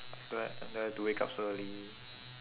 I don't ha~ don't have to wake up so early